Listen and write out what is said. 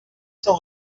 sans